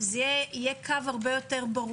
זה יהיה קו יותר ברור,